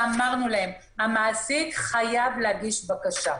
ואמרנו להם: המעסיק חייב להגיש בקשה.